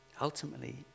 Ultimately